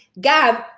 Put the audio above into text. Gab